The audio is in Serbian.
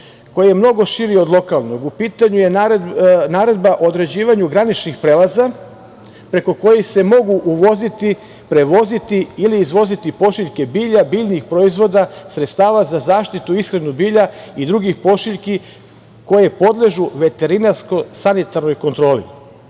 koji je mnogo širi od lokalnog. U pitanju je naredba o određivanju graničnih prelaza preko kojih se mogu uvoziti, prevoziti ili izvoziti pošiljke bilja, biljnih proizvoda, sredstava za zaštitu i ishranu bilja i drugih pošiljki koje podležu veterinarsko-sanitarnoj kontroli.